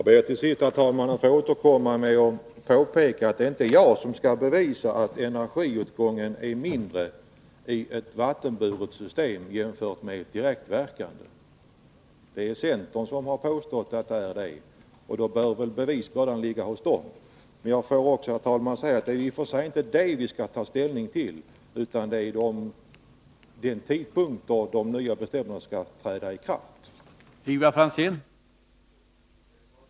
Herr talman! Jag ber att än en gång få påpeka att det inte är jag som skall Tisdagen den visa att energiåtgången är mindre med ett vattenburet system än med 14 december 1982 direktverkande elvärme. Det är centern som har påstått detta, och då bör bevisbördan ligga på det partiet. Men det är i och för sig inte detta vi skall ta Uppvärmning av ställning till utan det är den tidpunkt då de nya bestämmelserna skall träda i byggnader kraft.